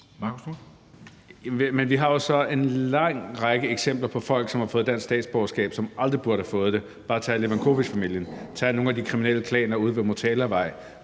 vi har jo så en lang række eksempler på folk, som har fået dansk statsborgerskab, som aldrig burde have fået det. Bare tag Levakovicfamilien. Tag nogle af de kriminelle klaner ude ved Motalavej,